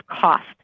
cost